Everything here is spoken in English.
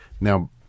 Now